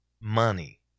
money